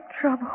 trouble